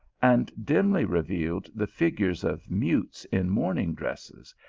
and dimly revealed the fig ures of mutes in mourning dresses,